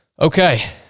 Okay